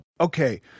Okay